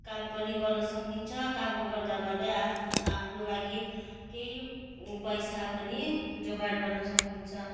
काम पनि गर्न सकिन्छ काम गर्दा गर्दै आफ्नो आफ्नो लागि केही पैसा पनि जोगाड गर्न सकिन्छ